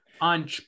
on